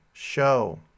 show